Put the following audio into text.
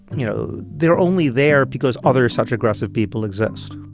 you know, they're only there because other such aggressive people exist